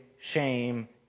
shame